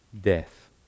death